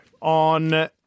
on